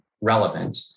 relevant